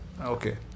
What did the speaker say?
Okay